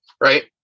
Right